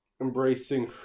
embracing